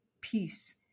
peace